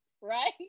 Right